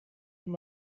from